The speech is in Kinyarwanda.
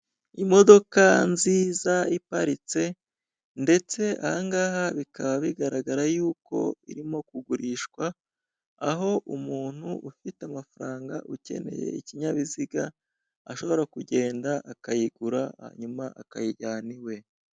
Imodoka nziza iparitse ndetse aha ngaha bikaba bigaragara ko irimo kugurishwa aho umuntu ufite amafaranga ukeneye ikinyabiziga ashobora kugenda akayigura hanyuma akayijyana iwe.